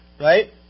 Right